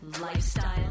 lifestyle